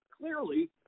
clearly